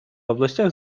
областях